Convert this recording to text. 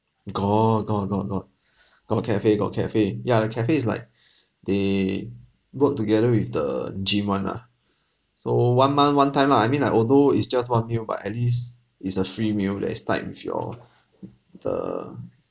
got got got got got cafe got cafe ya the cafe is like they work together with the gym [one] ah so one month one time lah I mean like although it's just one meal at least it's a free meal that is tied with your the